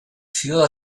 führer